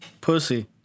Pussy